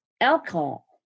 alcohol